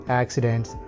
accidents